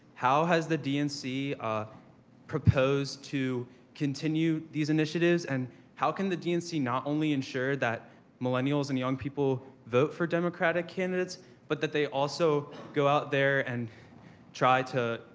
how has the dnc proposed to continue these initiatives? and how can the dnc not only ensure that millennials and young people vote for democratic candidates but they also go out there, and try to,